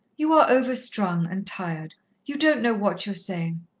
you are overstrung, and tired you don't know what you are saying.